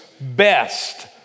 best